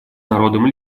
народом